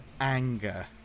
anger